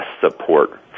support